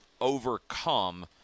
overcome